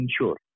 ensure